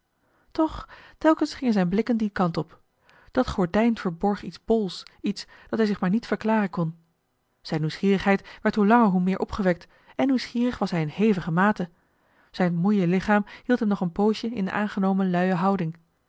toch telkens gingen zijn blikken dien kant op dat gordijn verborg iets bols iets dat hij zich maar niet verklaren kon zijn nieuwsgierigheid werd hoe langer hoe meer opgewekt en nieuwsgierig was hij in hevige mate zijn moeie lichaam hield hem nog een poosje in de aangenomen luie houding